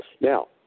Now